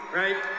right